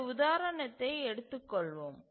இந்த உதாரணத்தை எடுத்துக் கொள்வோம்